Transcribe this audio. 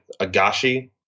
Agashi